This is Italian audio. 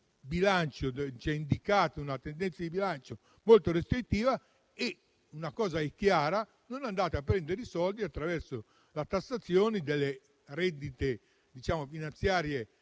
restrittiva, indicate una tendenza di bilancio molto restrittiva e - una cosa è chiara - non andate a prendere i soldi attraverso la tassazione delle rendite finanziarie